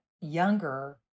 younger